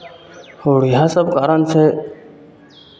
आओर इएहसभ कारण छै